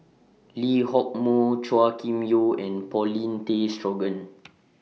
Lee Hock Moh Chua Kim Yeow and Paulin Tay Straughan